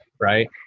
right